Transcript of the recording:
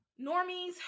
normies